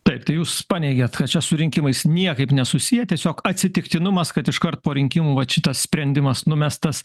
taip tai jūs paneigėt kad čia su rinkimais niekaip nesusiję tiesiog atsitiktinumas kad iškart po rinkimų vat šitas sprendimas numestas